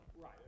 right